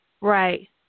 right